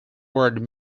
word